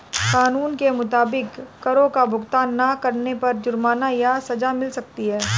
कानून के मुताबिक, करो का भुगतान ना करने पर जुर्माना या सज़ा मिल सकती है